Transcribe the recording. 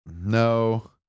no